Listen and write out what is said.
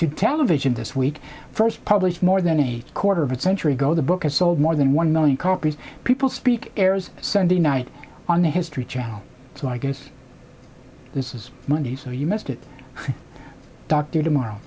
to television this week first published more than a quarter of a century ago the book has sold more than one million copies people speak airs sunday night on the history channel so i guess this is monday so you must get a doctor tomorrow